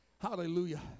Hallelujah